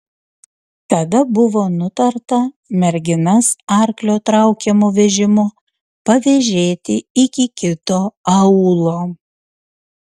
tada buvo nutarta merginas arklio traukiamu vežimu pavėžėti iki kito aūlo